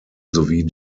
sowie